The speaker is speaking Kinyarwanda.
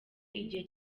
igihe